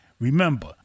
Remember